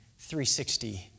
360